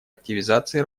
активизации